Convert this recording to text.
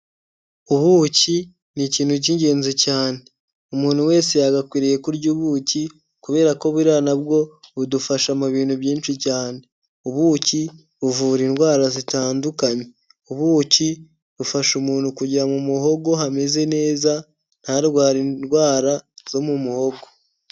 Ubuki ni ikintu cy'ingenzi cyane .Umuntu wese yagakwiriye kurya ubuki kubera ko buriya nabwo budufasha mu bintu byinshi cyane. Ubuki buvura indwara zitandukanye. Ubuki bufasha umuntu kujya mu muhogo hameze neza ntarware indwara zo mu muhogo.